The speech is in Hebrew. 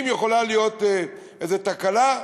אם יכולה להיות איזו תקלה?